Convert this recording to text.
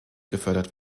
gefördert